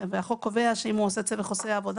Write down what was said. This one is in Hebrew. והחוק קובע שאם הוא עושה את זה בחוזה עבודה,